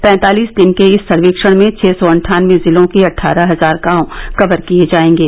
पैंतालिस दिन के इस सर्वेक्षण में छः सौ अटठानबे जिलों के अटठारह हजार गांव कवर किये जायेंगे